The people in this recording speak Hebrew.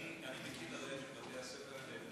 אני מכיר את הבעיה של בתי-הספר האלה.